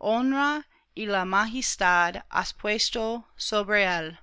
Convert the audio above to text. honra y majestad has puesto sobre él